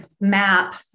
map